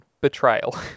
betrayal